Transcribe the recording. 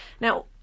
Now